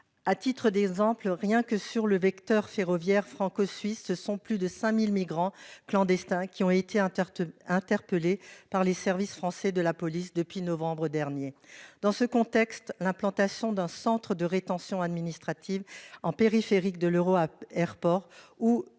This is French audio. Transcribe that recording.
À titre d'exemple, rien que sur le vecteur ferroviaire franco-suisse, ce sont plus de 5000 migrants clandestins qui ont été interdits. Interpellé par les services français de la police depuis novembre dernier. Dans ce contexte, l'implantation d'un centre de rétention administrative en. De l'euro Airport